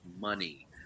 money